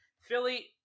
Philly